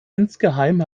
insgeheim